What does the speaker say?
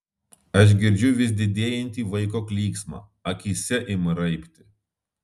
aš girdžiu vis didėjantį vaiko klyksmą akyse ima raibti